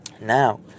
Now